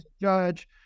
judge